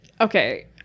okay